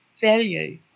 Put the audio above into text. value